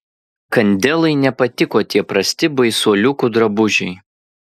kandelai nepatiko tie prasti baisuoliukų drabužiai